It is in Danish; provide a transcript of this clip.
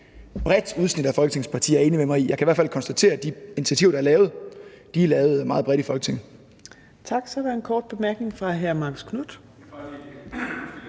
bredt udsnit af Folketingets partier er enige med mig i. Jeg kan i hvert fald konstatere, at de initiativer, der er lavet, er lavet meget bredt i Folketinget. Kl. 18:18 Fjerde næstformand (Trine Torp): Tak.